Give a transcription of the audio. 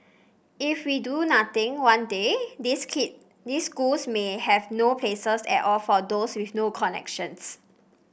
if we do nothing one day these schools may have no places at all for those with no connections